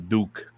Duke